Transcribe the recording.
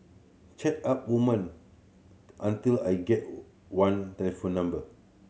chat up women until I get one telephone number